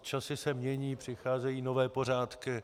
Časy se mění, přicházejí nové pořádky.